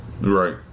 Right